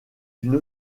d’une